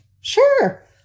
sure